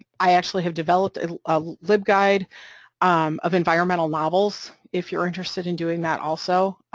i actually have developed a ah libguide um of environmental novels, if you're interested in doing that also,